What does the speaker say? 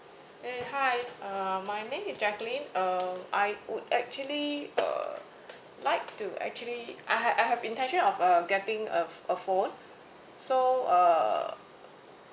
eh hi um my name is jacqueline uh I would actually uh like to actually I have I have intention of uh getting uh a phone so uh